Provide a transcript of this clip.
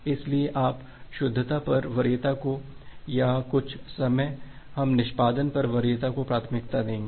इसलिए आप शुद्धता पर वरीयता को या कुछ समय हम निष्पादन पर वरीयता को प्राथमिकता देंगे